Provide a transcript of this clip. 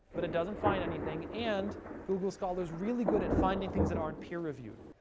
but it doesn't find anything. and google scholar is really good at finding things that aren't peer reviewed,